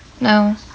No